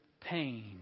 pain